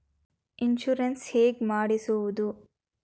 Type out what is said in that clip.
Insurance ಹೇಗೆ ಮಾಡಿಸುವುದು?